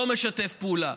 לא משתף פעולה.